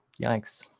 Yikes